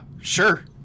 sure